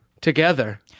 together